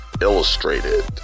illustrated